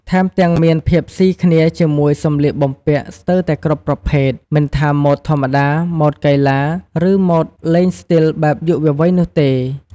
ថែមទាំង មានភាពស៊ីគ្នាជាមួយសម្លៀកបំពាក់ស្ទើរតែគ្រប់ប្រភេទ មិនថាម៉ូដធម្មតា ម៉ូដកីឡា ឬម៉ូដលេងស្ទីលបែបយុវវ័យនោះទេ។